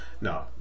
No